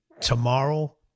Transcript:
tomorrow